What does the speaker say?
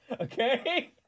Okay